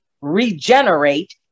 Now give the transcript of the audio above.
regenerate